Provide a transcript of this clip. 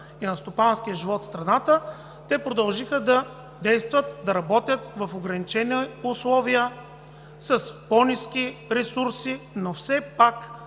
и на стопанския живот в страната те продължиха да действат, да работят в ограничени условия с по-ниски ресурси, но все пак